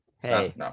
Hey